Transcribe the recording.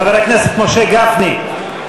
חבר הכנסת משה גפני,